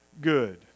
good